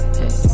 hey